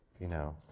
you know,